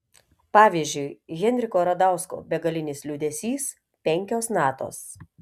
pavyzdžiui henriko radausko begalinis liūdesys penkios natos